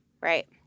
right